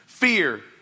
Fear